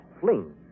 fling